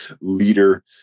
leader